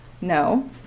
No